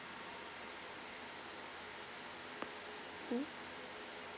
mm